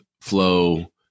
flow